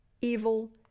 evil